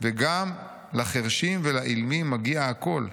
וגם לחרשים ולאילמים מגיע הקול'.